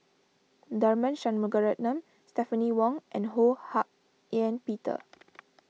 Tharman Shanmugaratnam Stephanie Wong and Ho Hak Ean Peter